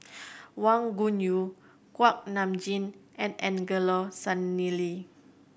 Wang Gungwu Kuak Nam Jin and Angelo Sanelli